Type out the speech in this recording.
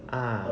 ah